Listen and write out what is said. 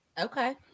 Okay